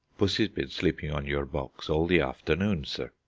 pussy's been sleepin' on your box all the afternoon, sir,